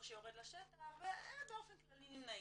שיורד לשטח ואלה באופן כללי נמנעים.